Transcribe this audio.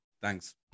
Thanks